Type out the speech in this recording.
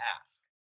ask